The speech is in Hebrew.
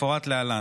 כמפורט להלן: